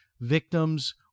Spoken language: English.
Victims